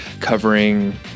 covering